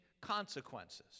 consequences